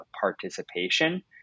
participation